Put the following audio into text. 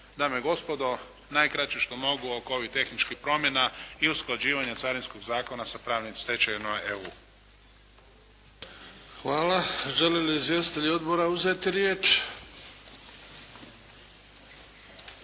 dame i gospodo, najkraće što mogu oko ovih tehničkih promjena i usklađivanja Carinskog zakona sa pravnim stečevinama EU. **Bebić, Luka (HDZ)** Hvala. Žele li izvjestitelji odbora uzeti riječ?